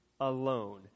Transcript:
alone